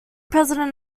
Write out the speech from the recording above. president